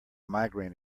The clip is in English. migraine